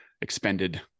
expended